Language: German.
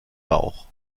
bauch